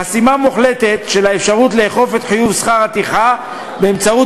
חסימה מוחלטת של האפשרות לאכוף את חיוב שכר הטרחה באמצעות